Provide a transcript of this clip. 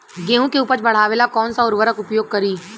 गेहूँ के उपज बढ़ावेला कौन सा उर्वरक उपयोग करीं?